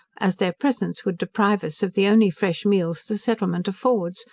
as their presence would deprive us of the only fresh meals the settlement affords,